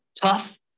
tough